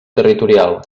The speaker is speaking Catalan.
territorial